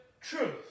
truth